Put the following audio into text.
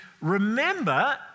remember